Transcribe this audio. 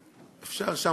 ואם הוא יודע,